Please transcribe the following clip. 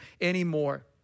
anymore